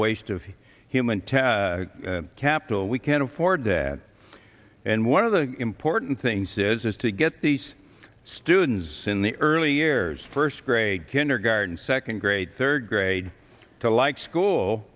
waste of human tap capital we can't afford that and one of the important things is is to get these students in the early years first grade kindergarten second grade third grade to like school